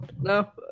No